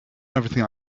everything